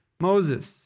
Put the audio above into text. Moses